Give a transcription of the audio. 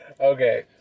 Okay